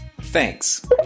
Thanks